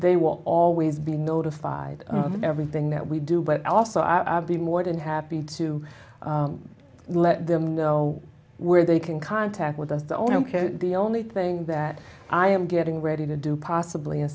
they will always be notified of everything that we do but also i would be more than happy to let them know where they can contact with us the only only thing that i am getting ready to do possibly in